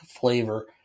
flavor